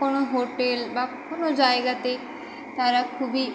কোনো হোটেল বা কোনো জায়গাতে তারা খুবই